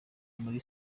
muri